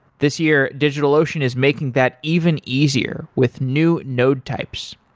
this year, digitalocean is making that even easier with new node types.